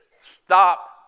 Stop